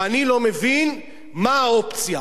ואני לא מבין מה האופציה.